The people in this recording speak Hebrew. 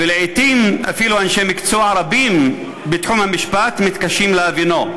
ולעתים אפילו אנשי מקצוע רבים בתחום המשפט מתקשים להבינו".